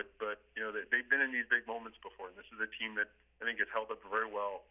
it but you know they've been in these big moments before and this is a team that i think it's held up very well